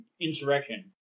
insurrection